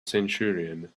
centurion